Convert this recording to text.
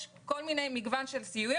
יש מגוון של סיוע,